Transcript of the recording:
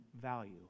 value